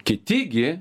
kiti gi